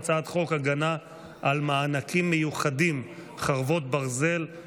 אני קובע כי הצעת חוק המאבק בטרור (תיקון